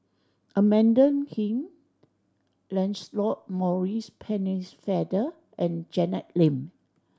Amanda Heng Lancelot Maurice Pennefather and Janet Lim